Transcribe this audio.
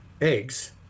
eggs